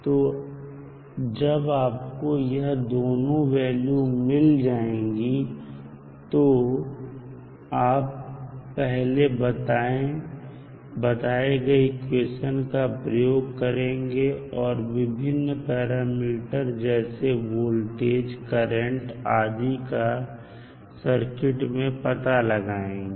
तो जब आपको यह दोनों वैल्यू मिल जाएंगी तब आप पहले बताए गए इक्वेशन का प्रयोग करेंगे और विभिन्न पैरामीटर जैसे वोल्टेज करंट आदि का सर्किट में पता लगाएंगे